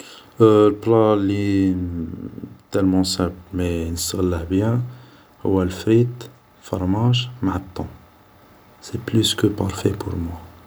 بلا لي تالمون سامبل مي نستغله بيان هو فريت فرماج مع طون, سي بلوس كو بارفي بور موا